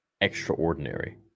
extraordinary